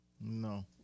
No